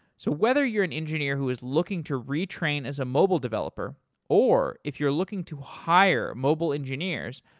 so whether you're an engineer who's looking to retrain as a mobile developer or if you're looking to hire mobile engineers,